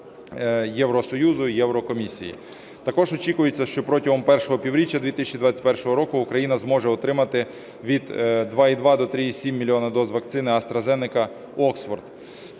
Євросоюзу і Єврокомісії. Також очікується, що протягом першого півріччя 2021 року Україна зможе отримати від 2,2 до 3,7 мільйона доз вакцини AstraZeneсa/Oxford.